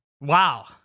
Wow